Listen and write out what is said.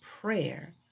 prayer